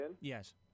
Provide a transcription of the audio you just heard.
Yes